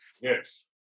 yes